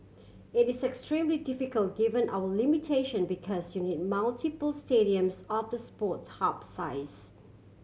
it is extremely difficult given our limitation because you need multiple stadiums of the Sports Hub size